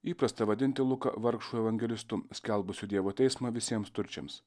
įprasta vadinti luką vargšu evangelistu skelbusiu dievo teismą visiems turčiams